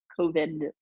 COVID